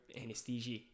anesthesia